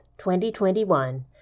2021